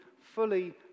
fully